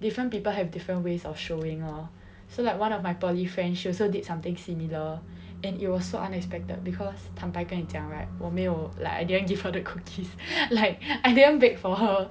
different people have different ways of showing lah so like one of my poly friend she also did something similar and it was so unexpected because 坦白跟讲 right 我没有 like I didn't give her the cookies like I didn't break for her